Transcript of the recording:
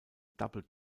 double